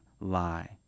lie